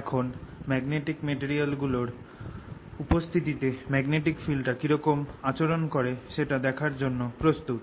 এখন magnetic material গুলোর এর উপস্থিতিতে ম্যাগনেটিক ফিল্ড টা কিরকম আচরণ করে সেটা দেখার জন্য প্রস্তুত